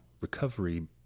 recovery